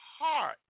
heart